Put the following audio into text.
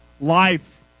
life